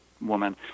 woman